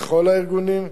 לכל הארגונים,